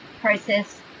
process